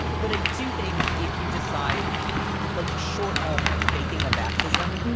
but i do think if you decide like short of faking a baptism,